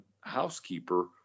housekeeper